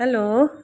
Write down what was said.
hello